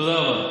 תודה רבה.